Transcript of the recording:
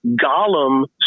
Gollum